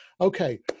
okay